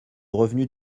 revenu